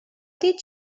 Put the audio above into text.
did